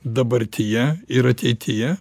dabartyje ir ateityje